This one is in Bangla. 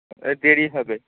দেরি হবে